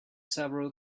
several